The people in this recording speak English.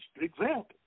example